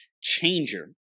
changer